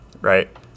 right